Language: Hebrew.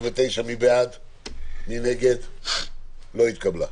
ההסתייגות לא התקבלה.